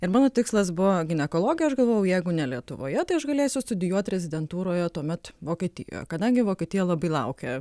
ir mano tikslas buvo ginekologija aš galvojau jeigu ne lietuvoje tai aš galėsiu studijuot rezidentūroje tuomet vokietijoje kadangi vokietija labai laukia